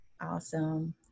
Awesome